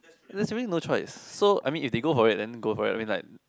there is really no choice so I mean if they go for it then go for it I mean like